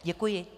Děkuji.